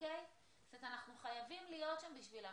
אנחנו חייבים להיות שם בשבילם.